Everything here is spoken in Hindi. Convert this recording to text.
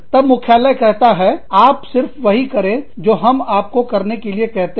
तब मुख्यालय कहता है आप सिर्फ वही करें जो हम आपको करने के लिए कहते हैं